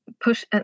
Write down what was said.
push